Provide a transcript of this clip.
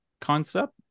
concept